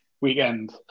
weekend